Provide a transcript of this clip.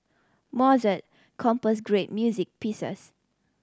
Mozart composed great music pieces